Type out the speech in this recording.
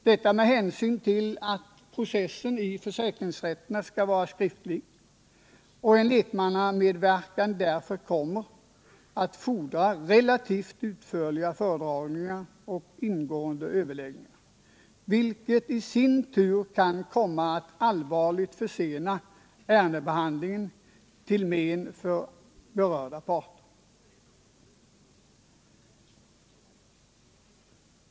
Detta med hänsyn till att processen i försäkringsrätten skall vara skriftlig och att en lekmannamedverkan därför kommer att fordra relativt utförliga föredragningar och ingående överlägg 203 ningar, vilket i sin tur kan komma att allvarligt försena ärendebehandlingen till men för berörda parter.